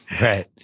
Right